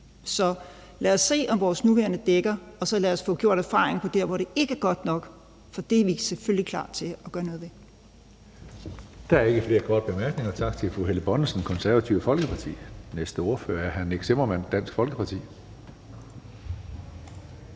Så lad os se, om vores nuværende lov dækker, og lad os få gjort erfaringer om, hvor den ikke er god nok, for det er vi selvfølgelig klar til at gøre noget ved. Kl. 18:30 Tredje næstformand (Karsten Hønge): Der er ikke flere korte bemærkninger. Tak til fru Helle Bonnesen, Det Konservative Folkeparti. Den næste ordfører er hr. Nick Zimmermann, Dansk Folkeparti.